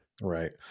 Right